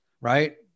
right